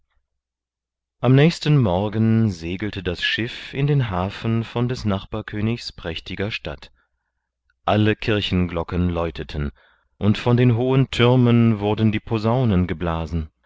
am nächsten morgen segelte das schiff in den hafen von des nachbarkönigs prächtiger stadt alle kirchenglocken läuteten und von den hohen türmen wurden die posaunen geblasen